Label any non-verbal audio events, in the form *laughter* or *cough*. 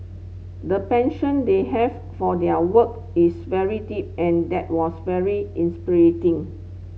the passion they have for their work is very deep and that was very *unintelligible*